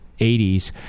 80s